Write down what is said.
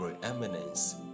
preeminence